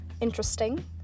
interesting